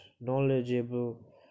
knowledgeable